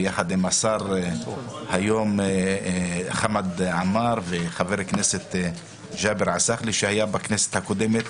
ביחד עם השר היום חמד עמאר וחבר הכנסת עסקאלה שהיה בכנסת הקודמת